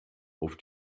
auf